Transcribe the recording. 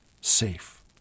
safe